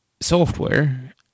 software